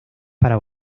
para